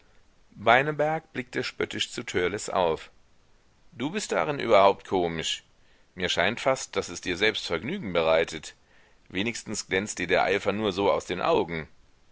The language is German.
beineberg blickte spöttisch zu törleß auf du bist darin überhaupt komisch mir scheint fast daß es dir selbst vergnügen bereitet wenigstens glänzt dir der eifer nur so aus den augen